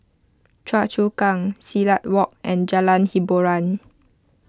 Choa Chu Kang Silat Walk and Jalan Hiboran